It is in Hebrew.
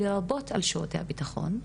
לרבות על שירותי הביטחון,